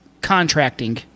contracting